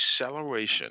acceleration